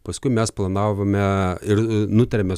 paskui mes planavome ir nutarėme